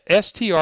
STR